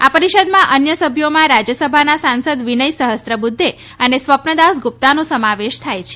આ પરિષદમાં અન્ય સભ્યોમાં રાજ્ય સભાના સાંસદ વિનય સફસ્ત્રબુદ્ધે અને સ્વપનદાસ ગુપ્તાનો સમાવેશ થાય છે